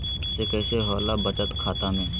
KYC कैसे होला बचत खाता में?